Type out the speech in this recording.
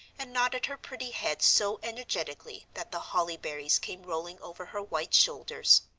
and nodded her pretty head so energetically that the holly berries came rolling over her white shoulders.